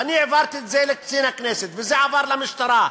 ואני העברתי את זה לקצין הכנסת וזה עבר למשטרה.